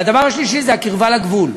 והדבר השלישי הוא הקרבה לגבול,